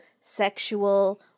sexual